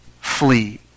flee